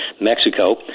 Mexico